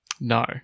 No